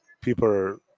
people